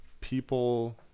People